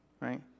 right